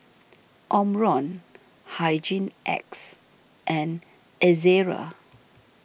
Omron Hygin X and Ezerra